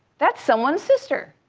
that's someone's sister.